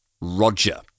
Roger